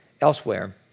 elsewhere